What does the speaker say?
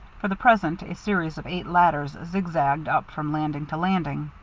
for the present a series of eight ladders zigzagged up from landing to landing.